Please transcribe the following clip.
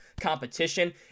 competition